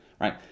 right